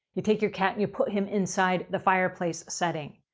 you take your cat and you put him inside the fireplace setting.